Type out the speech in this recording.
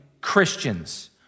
Christians